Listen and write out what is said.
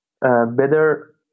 better